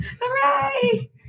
Hooray